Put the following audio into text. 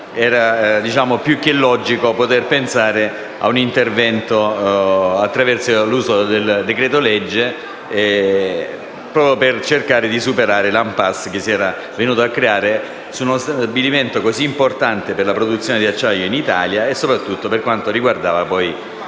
era più che logico poter pensare ad un intervento attraverso l'uso del decreto‑legge, proprio per cercare di superare l'*impasse* che si era venuto a creare su uno stabilimento così importante per la produzione di acciaio in Italia e soprattutto per quanto riguardava la